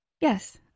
yes